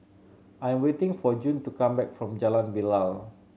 I'm waiting for June to come back from Jalan Bilal